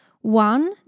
One